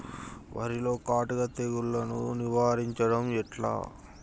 వరిలో కాటుక తెగుళ్లను నివారించడం ఎట్లా?